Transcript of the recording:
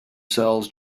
sells